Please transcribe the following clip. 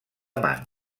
man